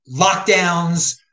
lockdowns